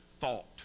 thought